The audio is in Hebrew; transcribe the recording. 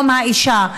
יום האישה,